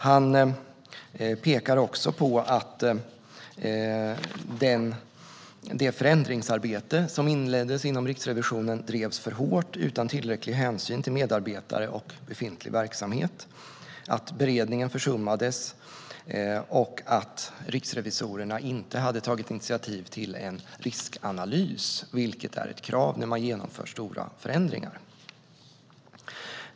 Hans-Gunnar Axberger pekar också på att det förändringsarbete som inleddes inom Riksrevisionen drevs för hårt, utan tillräcklig hänsyn till medarbetare och befintlig verksamhet, att beredningen försummades och att riksrevisorerna inte hade tagit initiativ till en riskanalys, vilket är ett krav när man genomför stora förändringar.